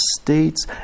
states